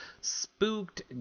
spooked